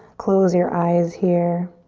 close your eyes here